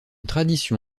tradition